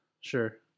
sure